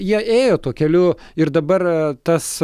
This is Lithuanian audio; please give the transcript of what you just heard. jie ėjo tuo keliu ir dabar tas